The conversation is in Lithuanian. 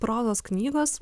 prozos knygos